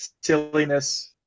silliness